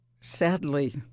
Sadly